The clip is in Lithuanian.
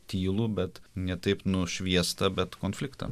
tylu bet ne taip nušviesta bet konfliktą